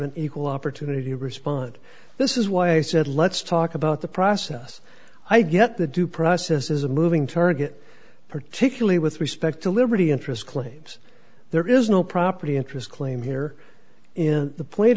an equal opportunity to respond this is why i said let's talk about the process i get the due process is a moving target particularly with respect to liberty interest claims there is no property interest claim here in the plate